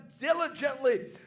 diligently